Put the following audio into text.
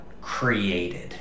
created